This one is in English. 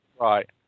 Right